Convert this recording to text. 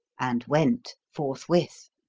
and went, forthwith.